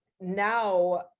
Now